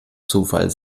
zufall